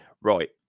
right